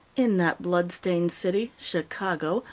in that bloodstained city, chicago,